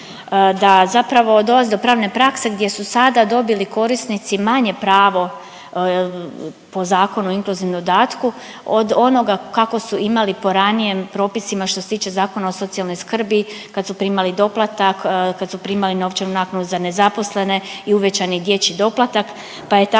da zapravo dolazi do pravne prakse gdje su sada dobili korisnici manje pravo po Zakonu o inkluzivnom dodatku od onoga kako su imali po ranije propisima što se tiče Zakona o socijalnoj skrbi kad su primali doplatak, kad su primali novčanu naknadu za nezaposlene i uvećani dječji doplatak pa je tako